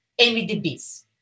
MDBs